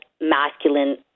masculine